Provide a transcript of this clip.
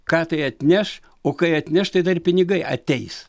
ką tai atneš o kai atneš tai dar ir pinigai ateis